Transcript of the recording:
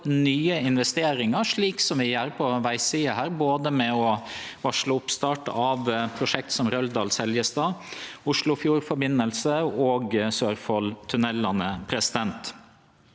nye investeringar, slik vi gjer på vegsida med å varsle oppstart av prosjekt som Røldal– Seljestad, Oslofjordforbindelsen og Sørfoldtunnelene. Det